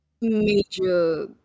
major